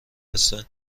هستن